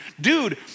dude